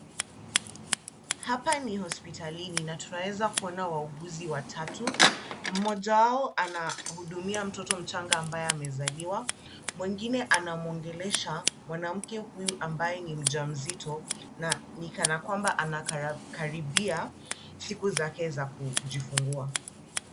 Hapa ni hospitalini na tunaweza kuona wauguzi watatu. Mmoja wao anahudumia mtoto mchanga ambaye amezaliwa. Mwingine anamwongelesha mwanamke huyu ambaye ni mjamzito na ni kana kwamba anakaribia siku zake za kujifungua.